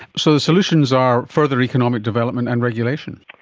so the solutions are further economic development and regulations.